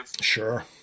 Sure